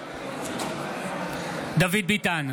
דוד ביטן,